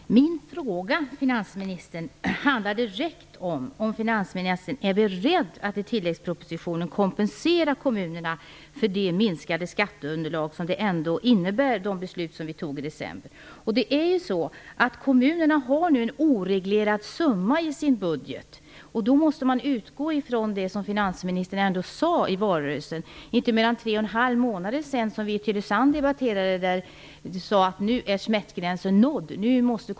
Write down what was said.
Herr talman! Min fråga, finansministern, handlade om ifall finansministern är beredd att i tilläggspropositionen kompensera kommunerna för det minskade skatteunderlag som de beslut som vi fattade i december ändå innebar. Kommunerna har nu en oreglerad summa i sina budgetar. Då måste man utgå ifrån det som finansministern sade i valrörelsen. Det är inte mer än tre och en halv månader sedan som vi hade en debatt i Tylösand. Man sade då att smärtgränsen var nådd.